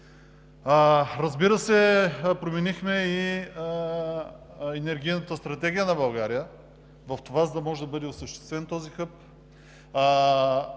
този регион. Променихме и енергийната стратегия на България, за да може да бъде осъществен този хъб.